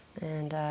and